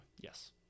Yes